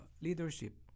leadership